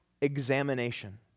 examination